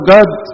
God